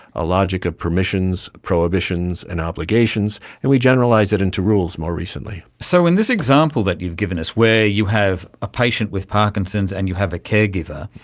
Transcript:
a logic of permissions, prohibitions and obligations, and we generalised it into rules more recently. so in this example that you've given us where you have a patient with parkinson's and you have a caregiver,